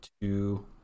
two